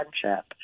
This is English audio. friendship